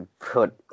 put